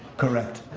correct.